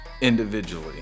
individually